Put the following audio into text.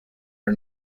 are